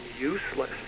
useless